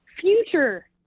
future